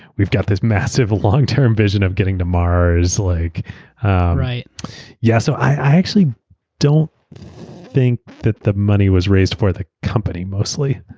we've got this massive long-term vision of getting to mars. like yeah so i actually don't think that the money was raised for the company mostly.